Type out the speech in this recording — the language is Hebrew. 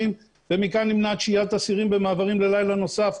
ומכאן נמנעת שהיית אסירים במעברים ללילה נוסף,